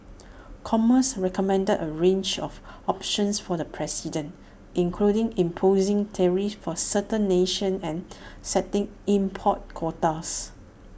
commerce recommended A range of options for the president including imposing tariffs for certain nations and setting import quotas